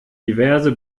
diverse